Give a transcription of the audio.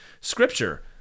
scripture